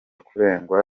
kurengwa